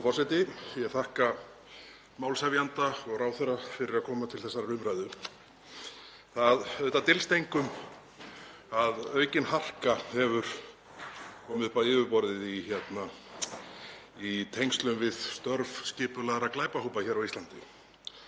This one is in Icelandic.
forseti. Ég þakka málshefjanda og ráðherra fyrir að stofna til þessarar umræðu. Það dylst engum að aukin harka hefur komið upp á yfirborðið í tengslum við störf skipulagðra glæpahópa á Íslandi.